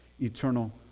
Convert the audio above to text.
eternal